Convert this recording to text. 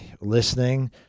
listening